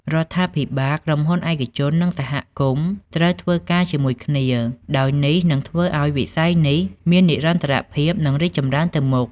រដ្ឋាភិបាល ក្រុមហ៊ុនឯកជននិងសហគមន៍ត្រូវធ្វើការជាមួយគ្នា ដោយនេះនឹងធ្វើឲ្យវិស័យនេះមាននិរន្តរភាពនិងរីកចម្រើនទៅមុខ។